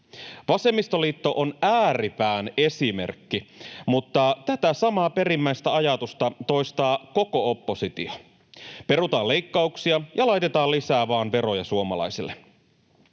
Vasemmistoliitto on ääripään esimerkki, mutta tätä samaa perimmäistä ajatusta toistaa koko oppositio. Perutaan leikkauksia ja laitetaan vain lisää veroja suomalaisille.